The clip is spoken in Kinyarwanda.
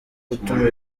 gutuma